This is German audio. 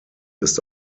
ist